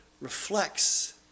reflects